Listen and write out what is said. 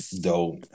dope